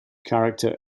character